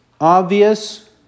obvious